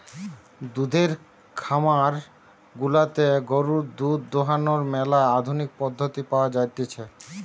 দুধের খামার গুলাতে গরুর দুধ দোহানোর ম্যালা আধুনিক পদ্ধতি পাওয়া জাতিছে